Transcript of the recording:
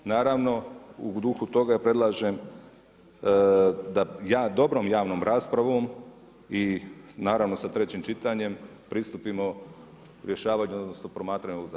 Naravno u duhu toga predlažem da dobrom javnom raspravom i naravno sa trećim čitanjem pristupimo rješavanju, odnosno promatranju ovog zakona.